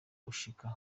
gushika